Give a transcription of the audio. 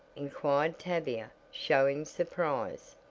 inquired tavia, showing surprise.